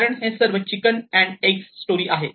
कारण हे सर्व चिकन अँड एग स्टोरी आहे